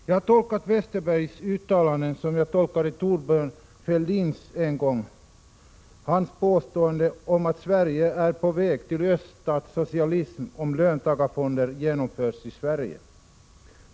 Jag har tolkat Bengt Westerbergs uttalanden på samma sätt som jag en gång tolkade Thorbjörn Fälldins påstående om att Sverige är på väg till Öststatssocialism om löntagarfonder genomförs i Sverige.